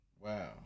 Wow